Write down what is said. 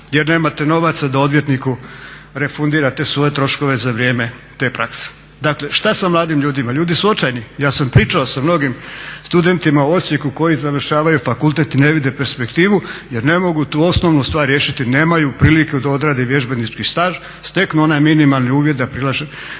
jer nemate novaca da odvjetniku refundirate svoje troškove za vrijeme te prakse? Dakle, što sa mladim ljudima? Ljudi su očajni. Ja sam pričao sa mnogim studentima u Osijeku koji završavaju fakultet i ne vide perspektivu jer ne mogu tu osnovnu stvar riješiti, nemaju prilike da odrade vježbenički staž, steknu onaj minimalni uvjet da izlaze